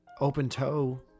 open-toe